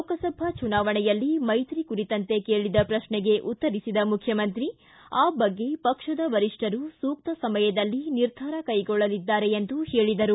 ಲೋಕಸಭಾ ಚುನಾವಣೆಯಲ್ಲಿ ಮೈತ್ರಿ ಕುರಿತಂತೆ ಕೇಳಿದ ಪ್ರಶ್ನೇಗೆ ಉತ್ತರಿಸಿದ ಮುಖ್ಕಮಂತ್ರಿ ಆ ಬಗ್ಗೆ ಪಕ್ಷದ ವರಿಷ್ಠರು ಸೂಕ್ತ ಸಮಯದಲ್ಲಿ ನಿರ್ಧಾರ ಕೈಗೊಳ್ಳಲಿದ್ದಾರೆ ಎಂದು ಹೇಳಿದರು